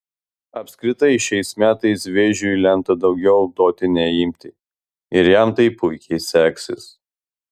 apskritai šiais metais vėžiui lemta daugiau duoti nei imti ir jam tai puikiai seksis